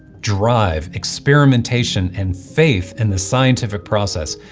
drive, experimentation, and faith in the scientific process.